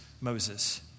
Moses